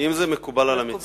אם זה מקובל על המציע.